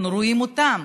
אנחנו רואים אותם,